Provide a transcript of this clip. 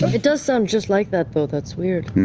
it does sound just like that, though. that's weird.